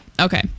okay